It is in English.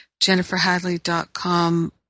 jenniferhadley.com